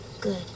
Good